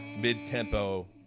mid-tempo